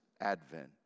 Advent